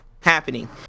happening